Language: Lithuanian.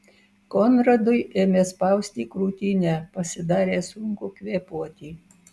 konradui ėmė spausti krūtinę pasidarė sunku kvėpuoti